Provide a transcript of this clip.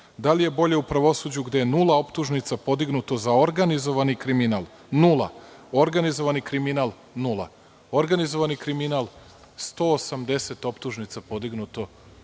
Da li je bolje u pravosuđu, gde je nula optužnica podignuto za organizovani kriminal. Organizovani kriminal – nula.“ Organizovani kriminal, 180 optužnica je podignuto